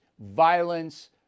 violence